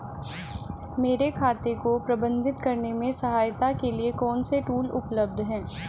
मेरे खाते को प्रबंधित करने में सहायता के लिए कौन से टूल उपलब्ध हैं?